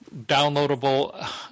downloadable